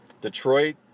Detroit